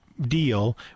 deal